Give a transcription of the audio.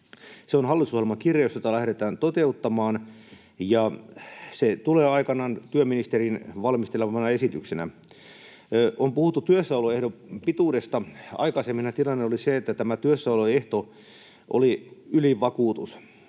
Se on hallitusohjelmakirjaus, jota lähdetään toteuttamaan, ja se tulee aikanaan työministerin valmistelemana esityksenä. On puhuttu työssäoloehdon pituudesta. Aikaisemminhan tilanne oli se, että tämä työssäoloehto oli ylivakuutus,